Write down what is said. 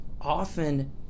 often